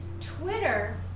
Twitter